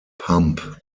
pump